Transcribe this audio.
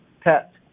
pet